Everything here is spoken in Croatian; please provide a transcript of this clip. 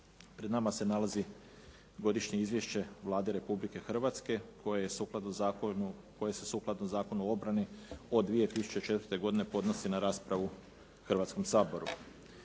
Pred nama se nalazi Godišnje izvješće Vlade Republike Hrvatske koje se sukladno Zakonu o obrani od 2004. godine podnosi na raspravu Hrvatskom saboru.